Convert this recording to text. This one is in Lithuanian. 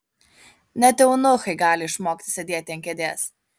net eunuchai gali išmokti sėdėti ant kėdės